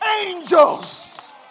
angels